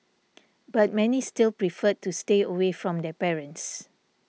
but many still preferred to stay away from their parents